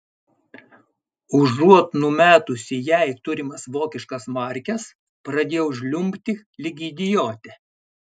užuot numetusi jai turimas vokiškas markes pradėjau žliumbti lyg idiotė